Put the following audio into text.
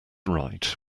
right